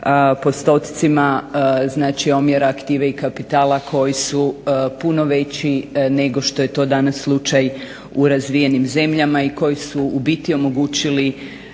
postocima znači omjera aktive i kapitala koji su puno veći nego što je to danas slučaj u razvijenim zemljama i koji su u biti omogućili